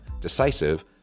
decisive